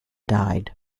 died